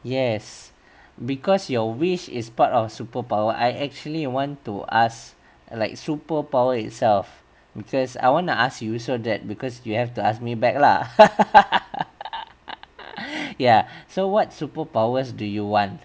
yes because your wish is part of a superpower I actually want to ask like superpower itself because I wanna ask you so that because you have to ask me back lah ya so what superpowers do you want